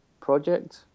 project